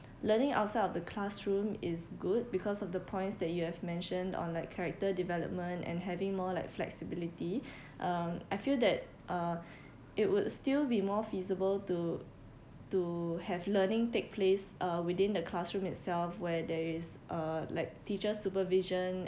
learning outside of the classroom is good because of the points that you have mentioned on like character development and having more like flexibility um I feel that uh it would still be more feasible to to have learning take place uh within the classroom itself where there is uh like teacher supervision